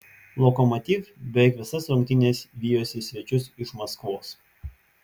lokomotiv beveik visas rungtynes vijosi svečius iš maskvos